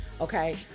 okay